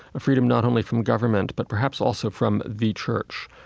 a freedom not only from government but perhaps also from the church,